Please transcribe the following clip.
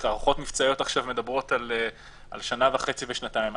וההערכות המבצעיות עכשיו מדברות על שנה וחצי ושנתיים,